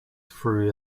through